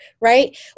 right